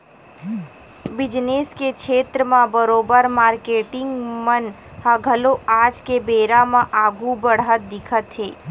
business के छेत्र म बरोबर मारकेटिंग मन ह घलो आज के बेरा म आघु बड़हत दिखत हे